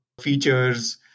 features